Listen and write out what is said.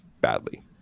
badly